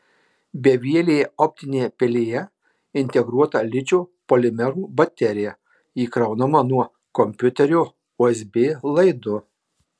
bevielėje optinėje pelėje integruota ličio polimerų baterija įkraunama nuo kompiuterio usb laidu